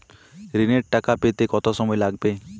ঋণের টাকা পেতে কত সময় লাগবে?